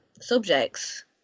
subjects